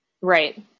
Right